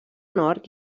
nord